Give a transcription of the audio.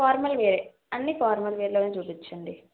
formal wear అన్నీ formal వేర్లోనే చూపించండి